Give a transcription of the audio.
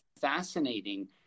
fascinating